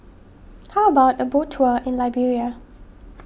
how about a boat tour in Liberia